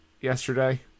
yesterday